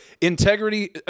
integrity